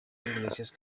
iglesias